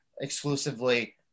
exclusively